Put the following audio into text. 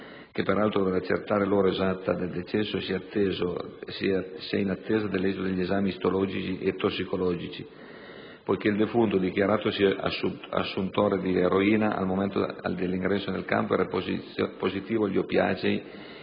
che peraltro dovrà accertare l'ora esatta del decesso, si è in attesa dell'esito degli esami istologici e tossicologici, poiché il defunto, dichiaratosi assuntore di eroina al momento dell'ingresso nel centro, era positivo agli oppiacei